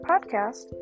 podcast